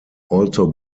also